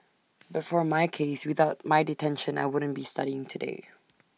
but for my case without my detention I wouldn't be studying today